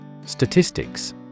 Statistics